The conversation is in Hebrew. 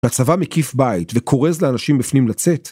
והצבא מקיף בית וכורז לאנשים בפנים לצאת